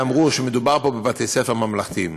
ואמרו שמדובר פה בבתי-ספר ממלכתיים.